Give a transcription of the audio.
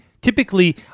typically